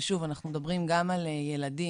ושוב אנחנו מדברים גם על ילדים,